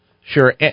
Sure